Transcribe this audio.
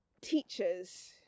teachers